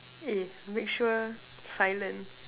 eh make sure silent